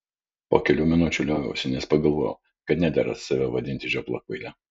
po kelių minučių lioviausi nes pagalvojau kad nedera save vadinti žiopla kvaile